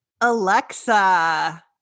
Alexa